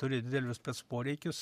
turi didelius spec poreikius